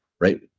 right